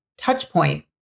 touchpoint